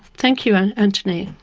thank you and antony.